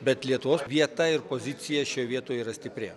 bet lietuvos vieta ir pozicija šioj vietoj yra stipri